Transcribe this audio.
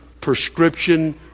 prescription